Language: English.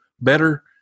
better